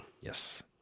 Yes